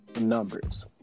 numbers